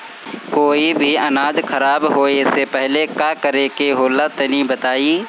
कोई भी अनाज खराब होए से पहले का करेके होला तनी बताई?